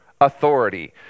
authority